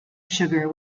sugar